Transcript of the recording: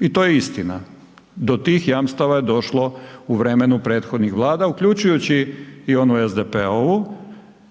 i to je istina. Do tih jamstava je došlo u vremenu prethodnih Vlada uključujući onu SDP-ovu